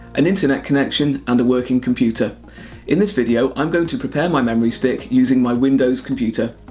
an internet connection and a working computer in this video i'm going to prepare my memory stick using my windows computer.